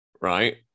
right